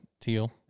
teal